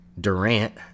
Durant